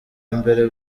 mbere